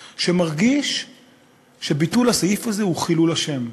שמרגיש שביטול הסעיף הזה הוא חילול השם,